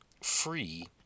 free